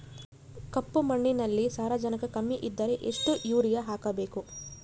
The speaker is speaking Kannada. ಕಪ್ಪು ಮಣ್ಣಿನಲ್ಲಿ ಸಾರಜನಕ ಕಮ್ಮಿ ಇದ್ದರೆ ಎಷ್ಟು ಯೂರಿಯಾ ಹಾಕಬೇಕು?